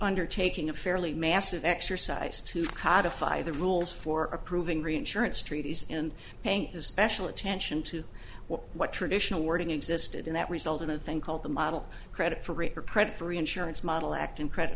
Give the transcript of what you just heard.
undertaking a fairly massive exercise to codified the rules for approving reinsurance treaties and paying the special attention to what what traditional wording existed in that result in a thing called the model credit for rape or predatory insurance model act and credit